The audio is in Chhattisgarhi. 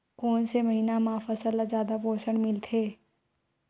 कोन से महीना म फसल ल जादा पोषण मिलथे?